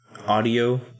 audio